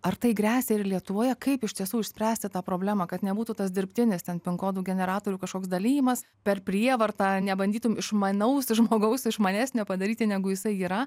ar tai gresia ir lietuvoje kaip iš tiesų išspręsti tą problemą kad nebūtų tas dirbtinis ten pin kodų generatorių kažkoks dalijimas per prievartą nebandytum išmanaus žmogaus išmanesnio padaryti negu jisai yra